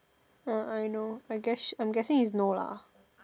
uh I know I guess I'm guessing it's no lah